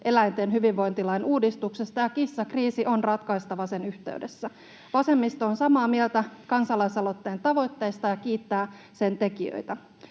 eläinten hyvinvointilain uudistuksesta, ja kissakriisi on ratkaistava sen yhteydessä. Vasemmisto on samaa mieltä kansalaisaloitteen tavoitteista ja kiittää sen tekijöitä.